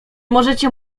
możecie